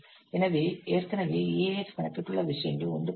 எனவே ஏற்கனவே EAF கணக்கிட்டுள்ள விஷயங்கள் 1